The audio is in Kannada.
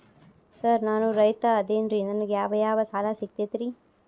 ಸರ್ ನಾನು ರೈತ ಅದೆನ್ರಿ ನನಗ ಯಾವ್ ಯಾವ್ ಸಾಲಾ ಸಿಗ್ತೈತ್ರಿ?